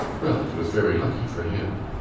well, it was very lucky for him